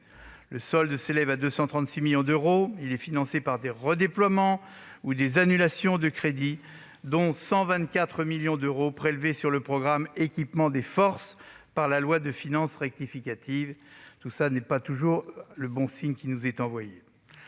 Le solde s'élève à 236 millions d'euros : il est financé par des redéploiements ou des annulations de crédits, dont 124 millions d'euros prélevés sur le programme « Équipement des forces » par la loi de finances rectificative. Ce n'est pas toujours le bon signe qui nous est envoyé.